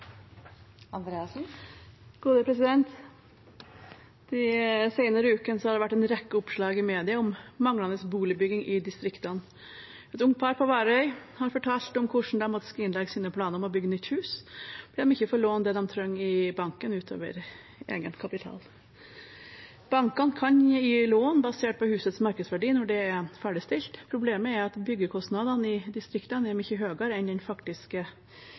De senere ukene har det vært en rekke oppslag i media om manglende boligbygging i distriktene. Et ungt par på Værøy har fortalt om hvordan de måtte skrinlegge sine planer om å bygge nytt hus fordi de ikke fikk låne det de trengte i banken utover egenkapital. Bankene kan gi lån basert på husets markedsverdi når det er ferdigstilt. Problemet er at byggekostnadene i distriktene er mye høyere enn den faktiske